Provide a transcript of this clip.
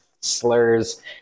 slurs